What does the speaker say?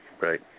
Right